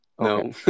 No